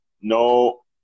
No